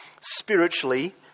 spiritually